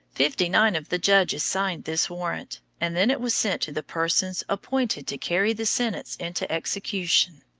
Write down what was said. fifty-nine of the judges signed this warrant, and then it was sent to the persons appointed to carry the sentence into execution.